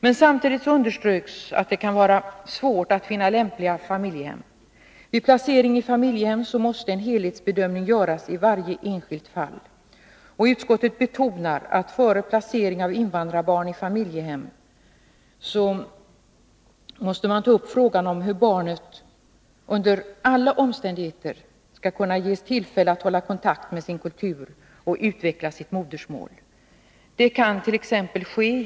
Men samtidigt underströk vi att det kan vara svårt att finna lämpliga familjehem. Vid placering i familjehem måste en helhetsbedömning göras i varje enskilt fall. Utskottet betonar att frågan om hur barnet under alla omständigheter skall kunna ges tillfälle att hålla kontakt med sin kultur och utveckla sitt modersmål måste tas upp före placering av invandrarbarn i familjehem.